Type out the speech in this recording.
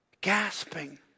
gasping